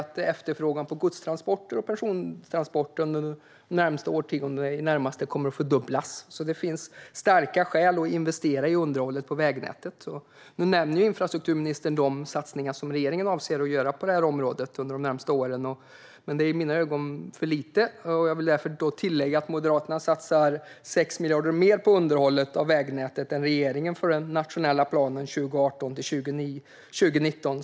Och efterfrågan på gods och persontransporter kommer i det närmaste att fördubblas de närmaste årtiondena. Det finns alltså starka skäl för att investera i underhållet av vägnätet. Infrastrukturministern nämner nu de satsningar som regeringen avser att göra på området de närmaste åren. Men det är i mina ögon för lite. Jag vill därför tillägga att Moderaterna satsar 6 miljarder mer på underhållet av vägnätet än regeringen i den nationella planen 2018-2019.